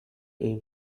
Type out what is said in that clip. aim